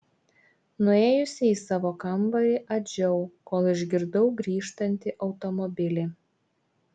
nuėjusi į savo kambarį adžiau kol išgirdau grįžtantį automobilį